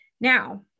Now